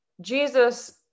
Jesus